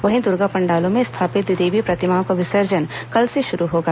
वहीं द्र्गा पंडालों में स्थापित देवी प्रतिमाओं का विसर्जन कल से शुरू होगा